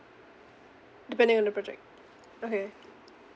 depending on the project okay